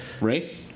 Ray